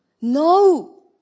No